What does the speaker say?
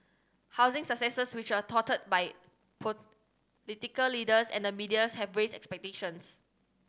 housing successes which were touted by political leaders and the medias have raised expectations